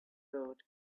road